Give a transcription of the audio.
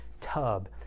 tub